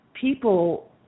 people